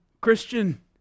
Christian